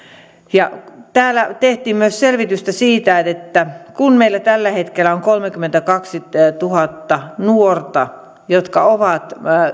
täällä tehtiin myös selvitystä siitä että kun meillä tällä hetkellä on kolmekymmentäkaksituhatta nuorta jotka ovat